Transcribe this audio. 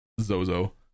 Zozo